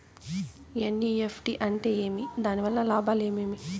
NEFT అంటే ఏమి? దాని వలన లాభాలు ఏమేమి